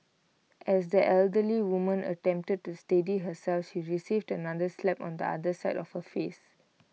as the elderly woman attempted to steady herself she received another slap on the other side of her face